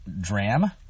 dram